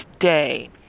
day